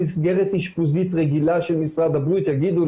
את משרד הבריאות וכל מי שנמצא כאן כיוון